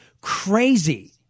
crazy